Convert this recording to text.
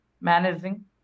managing